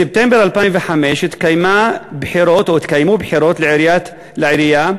בספטמבר 2005 התקיימו בחירות לעירייה,